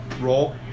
Roll